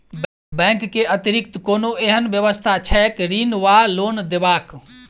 Bank केँ अतिरिक्त कोनो एहन व्यवस्था छैक ऋण वा लोनदेवाक?